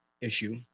issue